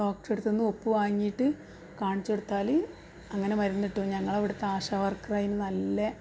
ഡോക്ടറെ അടുത്ത് നിന്ന് ഒപ്പ് വാങ്ങിയിട്ട് കാണിച്ച് കൊടുത്താൽ അങ്ങനെ മരുന്ന് കിട്ടും ഞങ്ങളെ അവിടത്തെ ആശാ വർക്കറ് അതിന് നല്ല